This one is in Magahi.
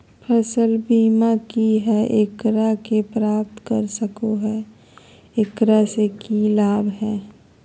फसल बीमा की है, एकरा के प्राप्त कर सको है, एकरा से की लाभ है?